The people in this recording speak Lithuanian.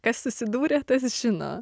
kas susidūrė tas žino